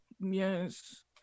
Yes